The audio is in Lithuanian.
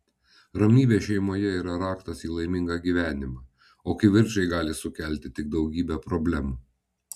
ramybė šeimoje yra raktas į laimingą gyvenimą o kivirčai gali sukelti tik daugybę problemų